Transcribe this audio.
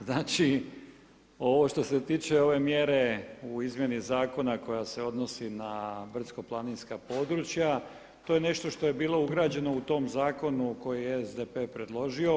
Znači ovo što se tiče ove mjere u izmjeni zakona koja se odnosi na brdsko-planinska područja to je nešto što je bilo ugrađeno u tom zakonu koji je SDP predložio.